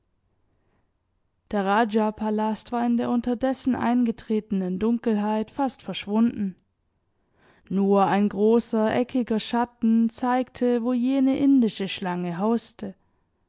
der rajapalast war in der unterdessen eingetretenen dunkelheit fast verschwunden nur ein großer eckiger schatten zeigte wo jene indische schlange hauste